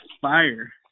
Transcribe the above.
fire